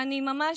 ואני ממש,